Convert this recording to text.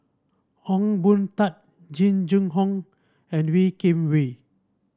Ong Boon Tat Jing Jun Hong and Wee Kim Wee